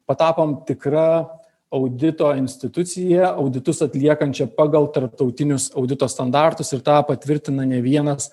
patapom tikra audito institucija auditus atliekančia pagal tarptautinius audito standartus ir tą patvirtina ne vienas